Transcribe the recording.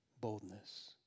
boldness